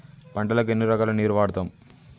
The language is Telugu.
పంటలకు ఎన్ని రకాల నీరు వాడుతం?